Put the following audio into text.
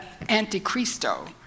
Antichristo